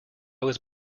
was